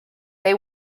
they